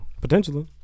Potentially